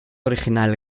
original